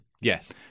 Yes